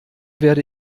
werde